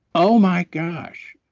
oh my gosh,